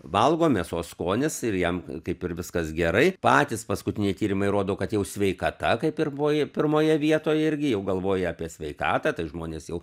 valgom mėsos skonis ir jam kaip ir viskas gerai patys paskutiniai tyrimai rodo kad jau sveikata kaip ir buvo pirmoje vietoje irgi jau galvoja apie sveikatą tai žmonės jau